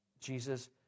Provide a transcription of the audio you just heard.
Jesus